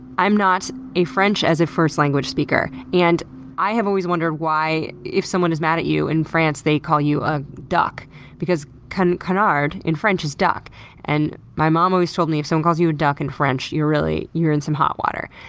i'm not a french-as-a-first-language speaker, and i have always wondered why if someone is mad at you in france, they call you a duck because, kind of canard in french is duck and my mom always told me, if someone calls you a duck in french, you're you're in some hot water.